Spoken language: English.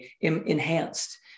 enhanced